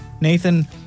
Nathan